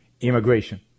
immigration